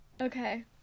okay